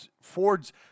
Ford's